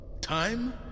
Time